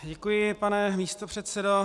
Děkuji, pane místopředsedo.